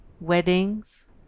weddings